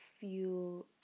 feel